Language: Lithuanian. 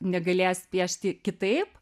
negalės piešti kitaip